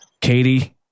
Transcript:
Katie